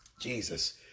Jesus